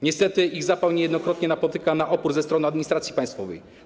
Niestety ich zapał niejednokrotnie napotyka opór ze strony administracji państwowej.